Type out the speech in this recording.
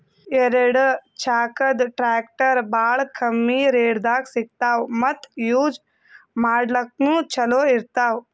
ಎರಡ ಚಾಕದ್ ಟ್ರ್ಯಾಕ್ಟರ್ ಭಾಳ್ ಕಮ್ಮಿ ರೇಟ್ದಾಗ್ ಸಿಗ್ತವ್ ಮತ್ತ್ ಯೂಜ್ ಮಾಡ್ಲಾಕ್ನು ಛಲೋ ಇರ್ತವ್